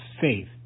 faith